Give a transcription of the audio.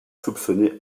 soupçonner